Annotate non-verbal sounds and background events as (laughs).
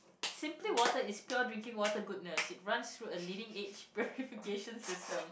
simply water is pure drinking water goodness it runs through a leading edge (laughs) purification system